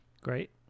Great